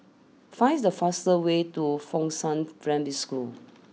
finds the fast way to Fengshan Primary School